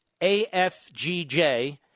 AFGJ